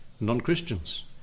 Non-Christians